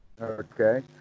Okay